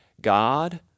God